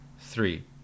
Three